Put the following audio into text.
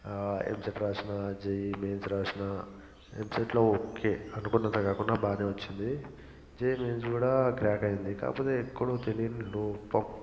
ఎంసెట్ వ్రాసినా JEE Mains వ్రాసినా ఎంసెట్లో ఓకే అనుకున్నంత కాకున్నా బాగానే వచ్చింది జేఇఇ మెయిన్స్ కూడా క్రాక్ అయింది కాకపోతే ఎక్కడో తెలియని లోపం